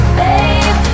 babe